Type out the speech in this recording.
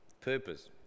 purpose